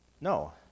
No